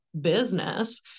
business